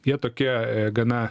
jie tokie gana